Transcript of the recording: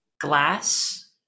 glass